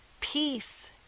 peace